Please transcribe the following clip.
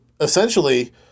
essentially